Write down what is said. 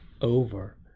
over